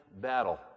battle